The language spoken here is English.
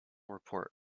report